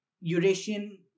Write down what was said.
Eurasian